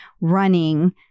running